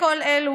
אלמלא כל אלה,